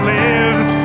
lives